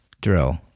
drill